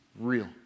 real